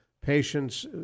patients